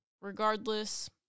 Regardless